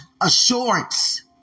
assurance